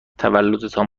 تولدتان